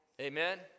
Amen